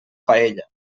paella